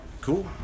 cool